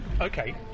Okay